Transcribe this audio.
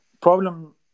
problem